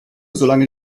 solange